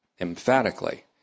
emphatically